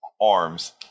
Arms